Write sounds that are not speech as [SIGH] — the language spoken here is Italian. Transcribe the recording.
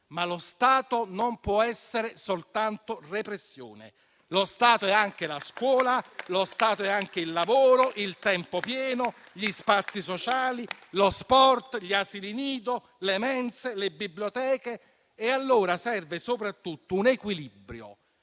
Ma lo Stato non può essere soltanto repressione. [APPLAUSE] Lo Stato è anche la scuola, il lavoro, il tempo pieno, gli spazi sociali, lo sport, gli asili nido, le mense, le biblioteche. Serve allora soprattutto un equilibrio,